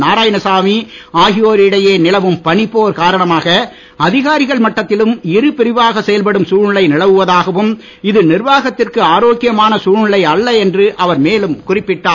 நாராயணசாமி ஆகியோரிடையே நிலவும் பனிப்போர் காரணமாக அதிகாரிகள் மட்டத்திலும் இரு பிரிவாக செயல்படும் சூழ்நிலை நிலவுவதாகவும் இது நிர்வாகத்திற்கு ஆரோக்கியமான சூழ்நிலை அல்ல என்று அவர் மேலும் குறிப்பிட்டார்